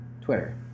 Twitter